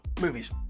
movies